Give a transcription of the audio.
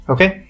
Okay